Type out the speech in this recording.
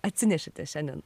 atsinešėte šiandien